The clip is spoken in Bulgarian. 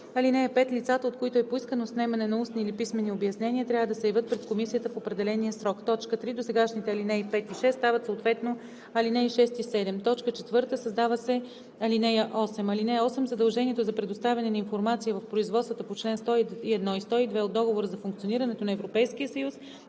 ал. 5: „(5) Лицата, от които е поискано снемане на устни или писмени обяснения, трябва да се явят пред Комисията в определения срок.“ 3. Досегашните ал. 5 и 6 стават съответно ал. 6 и 7. 4. Създава се ал. 8: „(8) Задължението за предоставяне на информация в производствата по чл. 101 и 102 от Договора за функционирането на Европейския съюз